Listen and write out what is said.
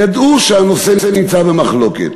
ידעו שהנושא נמצא במחלוקת,